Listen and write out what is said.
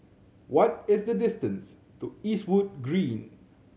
what is the distance to Eastwood Green